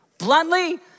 Bluntly